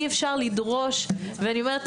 אי אפשר לדרוש ואני אומרת,